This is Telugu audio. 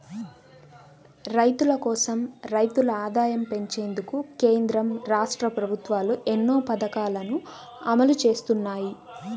రైతుల కోసం, రైతుల ఆదాయం పెంచేందుకు కేంద్ర, రాష్ట్ర ప్రభుత్వాలు ఎన్నో పథకాలను అమలు చేస్తున్నాయి